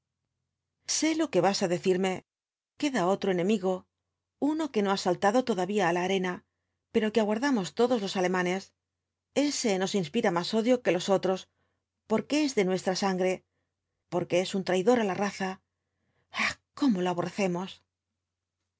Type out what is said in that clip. sé lo que vas á decirme queda otro enemigo uno que no ha saltado todavía á la arena pero que aguardamos todos los alemanes ese nos inspira más odio que los otros porque es de nuestra sangre porque es un traidor á la raza ah cómo lo aborrecemos